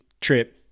trip